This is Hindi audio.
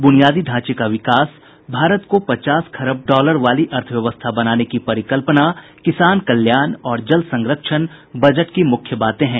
बुनियादी ढांचे का विकास भारत को पचास खरब डॉलर वाली अर्थव्यवस्था बनाने की परिकल्पना किसान कल्याण और जल संरक्षण बजट की मुख्य बातें हैं